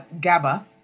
Gaba